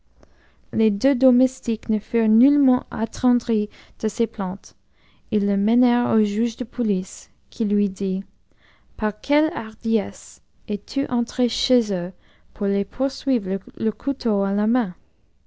les deux domestiques ne furent nullement attendris de ses plaintes ils le menèrent au juge de police qui lui dit par quelle hardiesse es-tu entré chez eux pour les poursuivre le couteau à la main